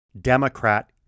democrat